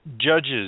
Judges